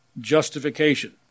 Justification